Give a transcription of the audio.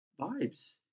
vibes